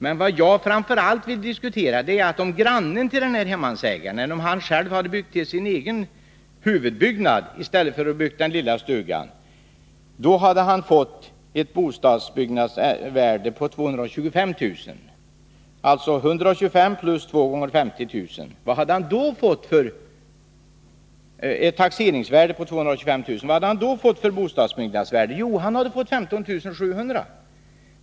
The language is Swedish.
Men vad jag framför allt vill diskutera är att om denna hemmansägare hade byggt till sin huvudbyggnad i stället för att bygga den lilla stugan, så hade han fått ett bostadsbyggnadsvärde på 225 000 kr., alltså 125 000 plus 2 gånger 50 000 kr. Vad hade han då fått för värde? Jo, han hade fått 15 700.